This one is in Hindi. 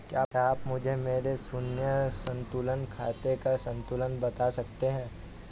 क्या आप मुझे मेरे शून्य संतुलन खाते का संतुलन बता सकते हैं?